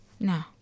No